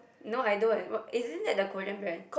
no I don't in what is this like a Korean brand